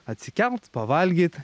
atsikelt pavalgyt